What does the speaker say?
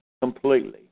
completely